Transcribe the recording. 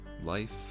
life